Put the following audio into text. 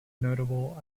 notable